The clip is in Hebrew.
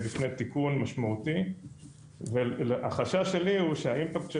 החשש שלי הוא שהאימפקט שלו על הכלכלה הישראלית הולך להיות מאוד משמעותי,